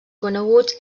coneguts